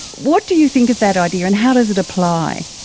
what do you think of that idea and how does it apply?